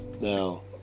Now